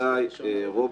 בוודאי רוב